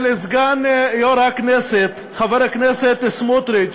סגן יושב-ראש הכנסת חבר הכנסת סמוטריץ